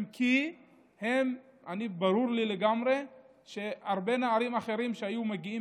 אם כי ברור לי לגמרי שהרבה נערים אחרים שהיו מגיעים